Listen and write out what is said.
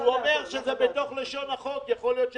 אומר שזה בתוך לשון החוק, יכול להיות שפספסתי.